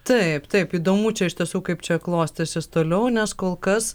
taip taip įdomu čia iš tiesų kaip čia klostysis toliau nes kol kas